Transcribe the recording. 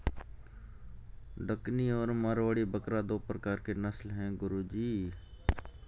डकनी और मारवाड़ी बकरा दो प्रकार के नस्ल है गुरु जी